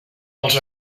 als